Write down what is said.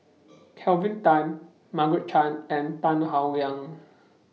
Kelvin Tan Margaret Chan and Tan Howe Liang